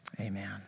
amen